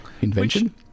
invention